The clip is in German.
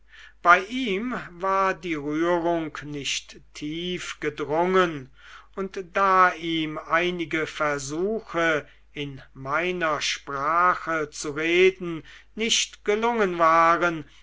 bei ihm war die rührung nicht tief gedrungen und da ihm einige versuche in meiner sprache zu reden nicht gelungen waren